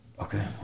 Okay